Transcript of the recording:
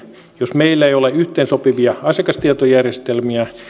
jos meillä ei ole yhteensopivia asiakastietojärjestelmiä